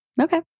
Okay